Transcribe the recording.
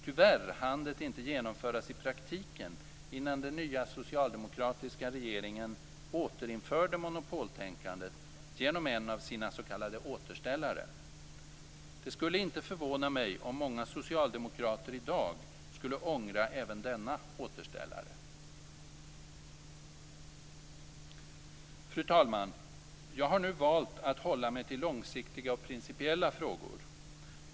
Tyvärr hann det inte genomföras i praktiken, innan den nya socialdemokratiska regeringen återinförde monopoltänkandet genom en av sina s.k. återställare. Det skulle inte förvåna mig om många socialdemokrater i dag ångrar även denna återställare. Fru talman! Jag har nu valt att hålla mig till långsiktiga och principiella frågor.